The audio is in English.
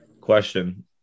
Question